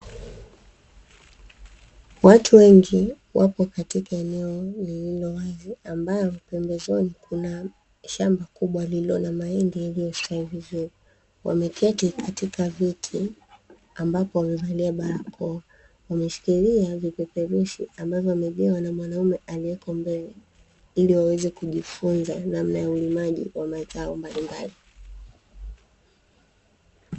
Watu wengi wapo katika eneo lililo ambalo pembezoni kuna shamba kubwa lililo na mahindi iliyostawi vizuri, wameketi katika viti ambapo wameshikilia vipeperushi ambavyo amegawa na mwanamume aliyeko mbele, ili waweze kujifunza namna ya ulimaji wa mazao mbalimbali.